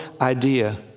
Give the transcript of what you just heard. idea